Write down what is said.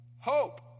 Hope